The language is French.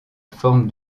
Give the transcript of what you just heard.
forme